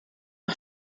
are